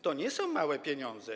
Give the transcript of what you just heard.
To nie są małe pieniądze.